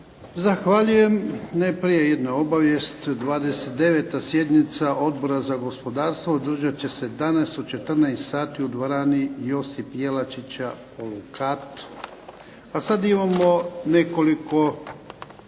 Zahvaljujem. Najprije jedna obavijest. 29. sjednica Odbora za gospodarstvo održat će se danas u 14 sati u dvorani "Josip Jelačić", polukat. A sad imamo nekoliko